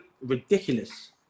ridiculous